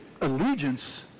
allegiance